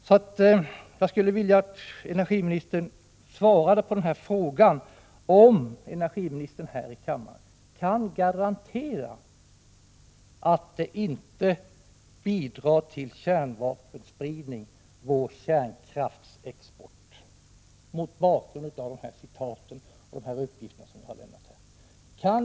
Mot bakgrund av dessa citat och dessa uppgifter som jag här har lämnat vill jag fråga om energiministern och regeringen kan garantera att vår kärnkraftsexport inte bidrar till kärnvapenspridning.